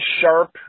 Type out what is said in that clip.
sharp